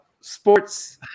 sports